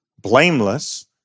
blameless